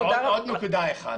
עוד נקודה אחת.